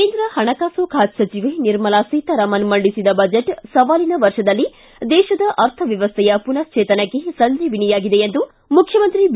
ಕೇಂದ್ರ ಹಣಕಾಸು ಖಾತೆ ಸಚಿವೆ ನಿರ್ಮಲಾ ಸೀತಾರಾಮನ್ ಮಂಡಿಸಿದ ಬಜೆಟ್ ಸವಾಲಿನ ವರ್ಷದಲ್ಲಿ ದೇತದ ಅರ್ಥವ್ಚವಸ್ವೆಯ ಪುನಶ್ವೇತನಕ್ಕೆ ಸಂಜೀವಿನಿಯಾಗಿದೆ ಎಂದು ಮುಖ್ಯಮಂತ್ರಿ ಬಿ